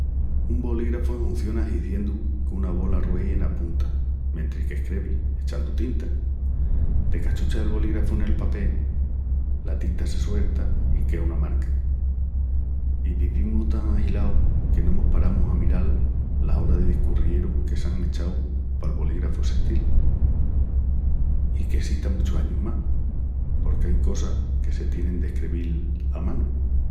Un bolígrafu enhunciona hiziendu que una bola ruei ena punta mentris que escrevis, echandu tinta. De qu'achuchas el bolígrafu nel papel, la tinta se suelta i quea una marca. I vivimus tan ahilaus que no mos paramus a miral las oras de discurrieru que s'án echau pal bolígrafu essestil. I qu'essista muchus añus más, porqu'ain cosas que se tienin d'escrevil a manu.